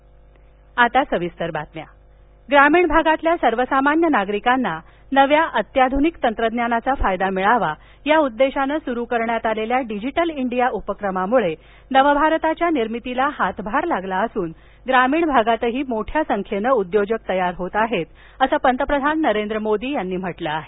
मोदी ग्रामीण भागातल्या सर्वसामान्य नागरिकांना नव्या अत्याधुनिक तंत्रज्ञानाचा फायदा मिळावा या उद्देशाने सुरु करण्यात आलेल्या डिजिटल इंडिया उपक्रमामुळे नवभारताच्या निर्मितीला हातभार लागला असून ग्रामीण भागातही मोठ्या संख्येनं उद्योजक तयार होत आहेत वसं पंतप्रधान नरेंद्र मोदी यांनी म्हटलं आहे